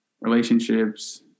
relationships